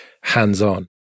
hands-on